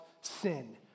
sin